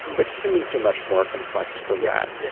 but humans are much more complex than that. yeah